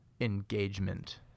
engagement